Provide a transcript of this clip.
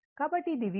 కాబట్టి ఇది Vb